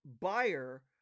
buyer